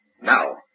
Now